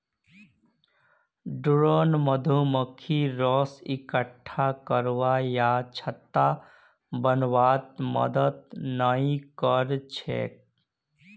drone मधुमक्खी रस इक्कठा करवा या छत्ता बनव्वात मदद नइ कर छेक